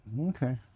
Okay